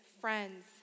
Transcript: friends